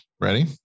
Ready